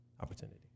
opportunity